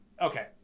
okay